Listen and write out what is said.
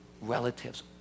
relatives